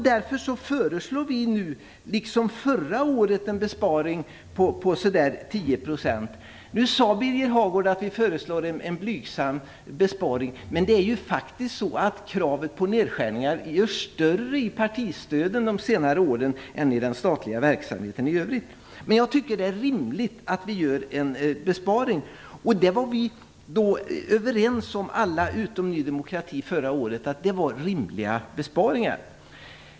Därför föreslår vi liksom förra året en besparing motsvarande 10 %. Nu sade Birger Hagård att det är en blygsam besparing. Men kravet på nedskärningar är större när det gäller partistödet än den statliga verksamheten. Men jag tycker att det är rimligt med en besparing. Vi var förra året alla överens, utom Ny demokrati, om att det var rimliga besparingar.